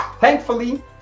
Thankfully